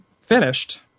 finished